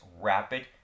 rapid